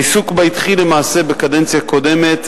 העיסוק בה התחיל למעשה בקדנציה קודמת,